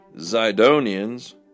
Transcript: Zidonians